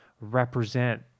represent